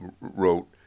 wrote